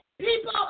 People